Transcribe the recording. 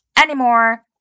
anymore